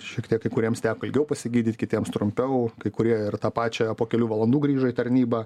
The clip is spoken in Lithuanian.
šiek tiek kai kuriems teko ilgiau pasigydyt kitiems trumpiau kai kurie ir tą pačią po kelių valandų grįžo į tarnybą